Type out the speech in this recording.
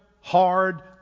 hard